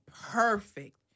perfect